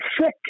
sick